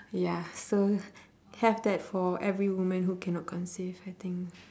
ya so have that for every woman who cannot conceive I think